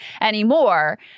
anymore